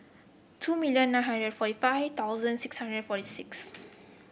two million nine hundred forty five thousand six hundred forty six